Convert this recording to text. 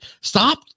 Stop